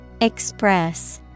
Express